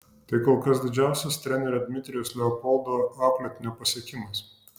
tai kol kas didžiausias trenerio dmitrijaus leopoldo auklėtinio pasiekimas